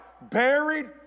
buried